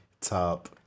top